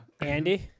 Andy